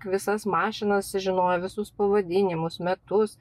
visas mašinas žinojo visus pavadinimus metus